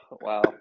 Wow